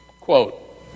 Quote